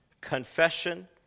confession